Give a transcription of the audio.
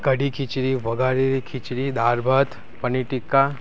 કઢી ખિચડી વઘારેલી ખિચડી દાળભાત પનીર ટિક્કા